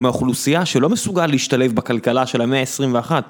מאוכלוסייה שלא מסוגל להשתלב בכלכלה של המאה ה-21